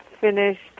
finished